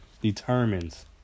determines